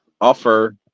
Offer